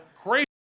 Crazy